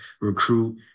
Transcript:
recruit